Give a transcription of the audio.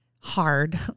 hard